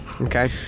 Okay